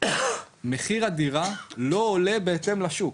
מחיר הדירה לא עולה בהתאם לשוק,